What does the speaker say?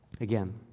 Again